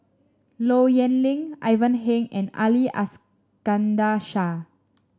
Low Yen Ling Ivan Heng and Ali Iskandar Shah